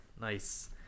Nice